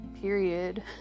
period